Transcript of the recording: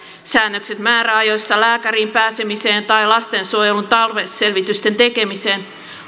säännökset määräajoista lääkäriin pääsemiseen tai lastensuojelun tarveselvitysten tekemiseen